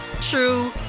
true